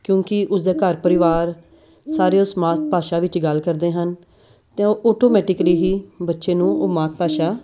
ਕਿਉਂਕਿ ਉਸਦੇ ਘਰ ਪਰਿਵਾਰ ਸਾਰੇ ਉਸ ਮਾਤ ਭਾਸ਼ਾ ਵਿੱਚ ਹੀ ਗੱਲ ਕਰਦੇ ਹਨ ਤਾਂ ਔਟੋਮੈਟਿਕਲੀ ਹੀ ਬੱਚੇ ਨੂੰ ਉਹ ਮਾਤ ਭਾਸ਼ਾ